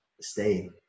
stay